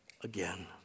again